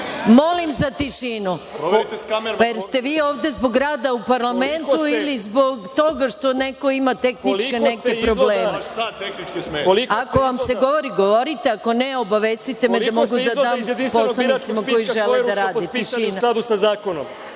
Molim za tišinu. Da li ste vi ovde zbog rada u parlamentu ili zbog toga što neko ima tehničke neke probleme? Ako vam se govori, govorite, ako ne, obavestite me da mogu da dam poslanicima koji žele da rade.